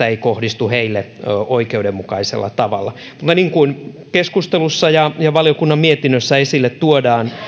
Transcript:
ei kohdistu heille oikeudenmukaisella tavalla mutta niin kuin keskustelussa ja ja valiokunnan mietinnössä esille tuodaan